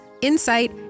insight